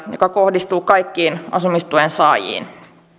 jotka kohdistuvat kaikkiin asumistuen saajiin